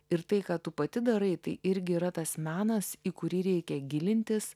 ir tai ką tu pati darai tai irgi yra tas menas į kurį reikia gilintis